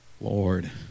Lord